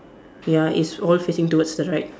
ya it's all facing towards the right